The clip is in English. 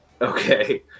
Okay